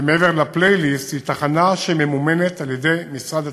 שמעבר לפלייליסט היא תחנה שממומנת על-ידי משרד התחבורה,